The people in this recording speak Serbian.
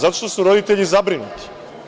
Zato što su roditelji zabrinuti.